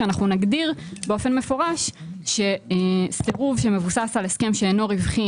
שאנחנו נגדיר באופן מפורש שסירוב שמבוסס על הסכם שאינו רווחי,